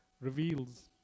reveals